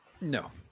No